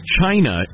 China